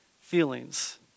feelings